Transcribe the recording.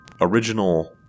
original